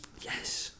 Yes